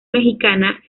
mexicana